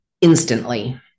instantly